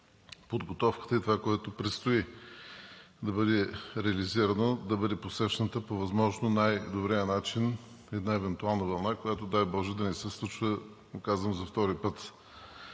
подготовката и това, което предстои да бъде реализирано, да бъде посрещната по възможно най-добрия начин една евентуална вълна, която, дай боже, да не се случва – казвам го за втори път.